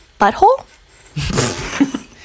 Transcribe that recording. Butthole